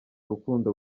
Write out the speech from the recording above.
rukundo